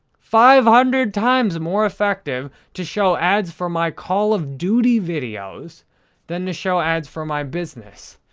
five hundred times more effective to show ads for my call of duty videos than to show ads for my business.